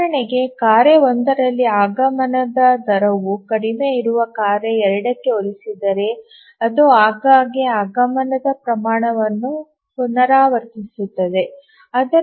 ಉದಾಹರಣೆಗೆ ಕಾರ್ಯ 1 ರಲ್ಲಿ ಆಗಮನದ ದರವು ಕಡಿಮೆ ಇರುವ ಕಾರ್ಯ 2 ಕ್ಕೆ ಹೋಲಿಸಿದರೆ ಅದು ಆಗಾಗ್ಗೆ ಆಗಮನದ ಪ್ರಮಾಣವನ್ನು ಪುನರಾವರ್ತಿಸುತ್ತದೆ